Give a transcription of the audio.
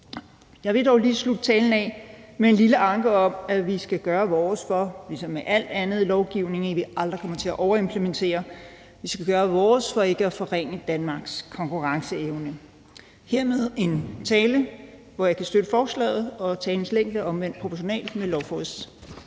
Jeg vil dog lige slutte talen af med en lille anke om, at vi skal gøre vores for, ligesom med al anden lovgivning, at vi aldrig kommer til at overimplementere. Vi skal gøre vores for ikke at forringe Danmarks konkurrenceevne. Hermed en tale, hvor jeg kan støtte forslaget, og talens længde er omvendt proportional med lovforslagets